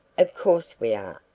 of course we are,